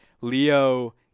Leo